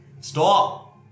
Stop